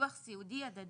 ובביטוח סיעודי הדדי,